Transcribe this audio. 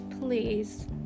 Please